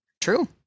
True